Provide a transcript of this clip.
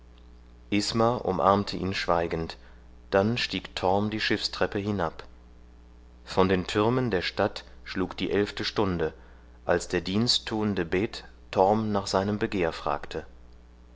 isma umarmte ihn schweigend dann stieg torm die schiffstreppe hinab von den türmen der stadt schlug die elfte stunde als der diensttuende bed torm nach seinem begehr fragte